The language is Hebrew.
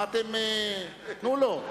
מה אתם, תנו לו.